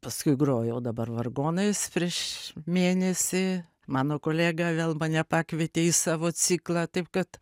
paskui grojau dabar vargonais prieš mėnesį mano kolega vėl mane pakvietė į savo ciklą taip kad